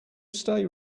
stay